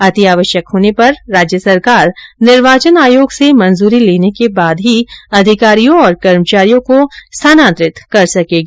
अति आवश्यक होने पर राज्य सरकार निर्वाचन आयोग से मंजूरी लेने के बाद ही अधिकारियों एवं कर्मचारियों को स्थानान्तरित कर सकेगी